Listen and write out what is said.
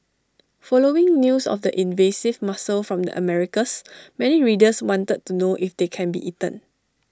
following news of the invasive mussel from the Americas many readers wanted to know if they can be eaten